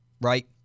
right